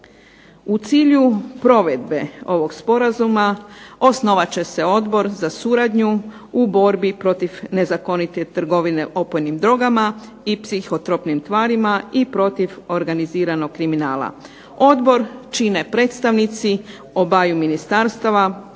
U cilju provedbe ovog sporazuma osnovat će se Odbor za suradnju u borbi protiv nezakonite trgovine opojnim drogama i psihotropnim tvarima i protiv organiziranog kriminala. Odbor čine predstavnici obaju ministarstava,